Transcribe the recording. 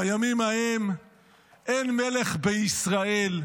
"בימים ההם אין מלך בישראל,